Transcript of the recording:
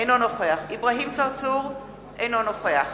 אינו נוכח אברהים צרצור, אינו נוכח